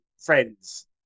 friends